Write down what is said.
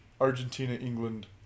Argentina-England